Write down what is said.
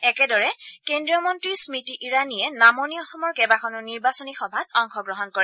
একেদৰে কেন্দ্ৰীয় মন্ত্ৰী স্মৃতি ইৰাণীয়ে নামনি অসমৰ কেইবাখনো নিৰ্বাচনী সভাত অংশগ্ৰহণ কৰে